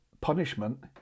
punishment